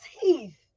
teeth